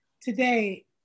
today